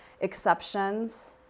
exceptions